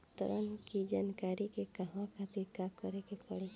ऋण की जानकारी के कहवा खातिर का करे के पड़ी?